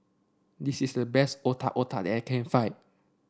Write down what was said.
this is the best Otak Otak that I can find